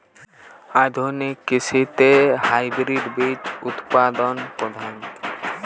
আধুনিক কৃষিতে হাইব্রিড বীজ উৎপাদন প্রধান